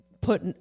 put